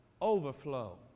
overflow